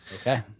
Okay